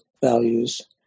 values